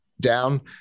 down